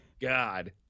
god